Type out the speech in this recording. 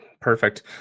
Perfect